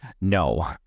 No